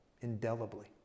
indelibly